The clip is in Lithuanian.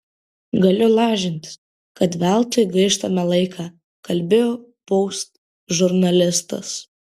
galiu lažintis kad veltui gaištame laiką kalbėjo post žurnalistas